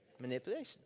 Manipulation